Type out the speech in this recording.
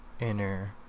inner